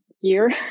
year